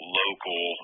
local